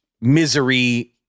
misery